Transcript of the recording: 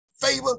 favor